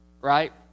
right